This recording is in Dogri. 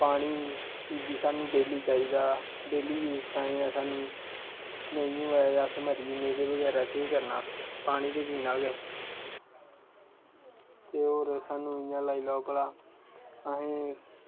पानी एह् बी सानूं डेली चाहिदा डेली यूज ताईं सानूं नेईं होऐ ते अस मरी जन्ने एह्दे बगैरा केह् करना पानी ते पीना गै ऐ ते होर सानूं इ'यां लाई लैओ भला असें